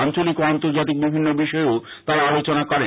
আঞ্চলিক ও আন্তর্জাতিক বিভিন্ন বিষয়েও তারা আলোচনা করেন